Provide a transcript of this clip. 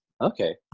Okay